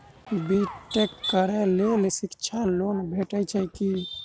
B tech करै लेल शिक्षा लोन भेटय छै की?